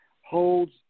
holds